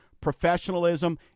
professionalism